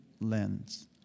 lens